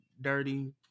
Dirty